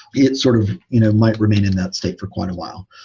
it's sort of you know might remain in that state for quite a while.